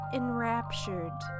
enraptured